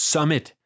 Summit